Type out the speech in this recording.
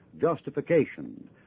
justification